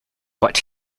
but